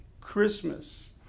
Christmas